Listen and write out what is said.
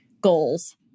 goals